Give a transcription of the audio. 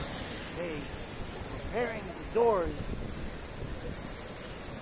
and they say we're preparing the doors for the bit to meet us